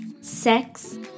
sex